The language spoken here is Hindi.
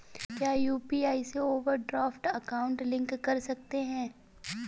क्या यू.पी.आई से ओवरड्राफ्ट अकाउंट लिंक कर सकते हैं?